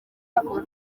gikorwa